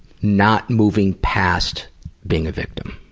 not moving past being a victim.